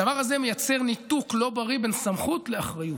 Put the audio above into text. הדבר הזה מייצר ניתוק לא בריא בין סמכות לאחריות.